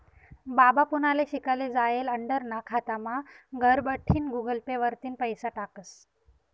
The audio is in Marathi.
बाबा पुनाले शिकाले जायेल आंडेरना खातामा घरबठीन गुगल पे वरतीन पैसा टाकस